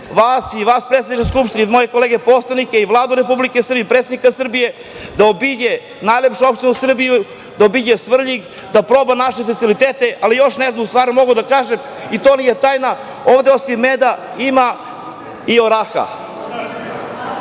vas i vas predsedniče Skupštine i moje kolege poslanike i Vladu Republike Srbije i predsednika Srbije, da obiđe najlepšu opštinu u Srbiji, da obiđe Svrljig, da proba naše specijalitete, ali još jednu stvar mogu da kažem i to nije tajna, ovde osima meda ima i oraha.